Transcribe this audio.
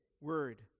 word